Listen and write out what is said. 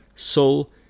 Soul